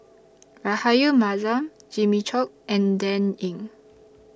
Rahayu Mahzam Jimmy Chok and Dan Ying